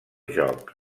joc